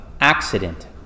accident